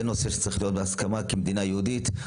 זה נושא שצריך להיות בהסכמה כמדינה יהודית.